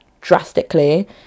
drastically